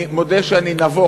אני מודה שאני נבוך,